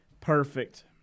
Perfect